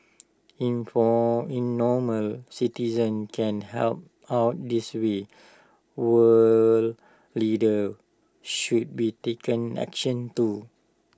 citizens can help out this way world leaders should be taking action too